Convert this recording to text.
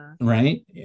right